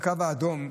בקו האדום,